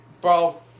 Bro